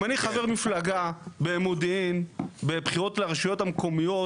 אם אני חבר מפלגה במודיעין בבחירות לרשויות המקומיות,